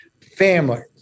families